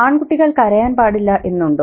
ആൺകുട്ടികൾ കരയാൻ പാടില്ല എന്നുണ്ടോ